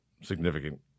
significant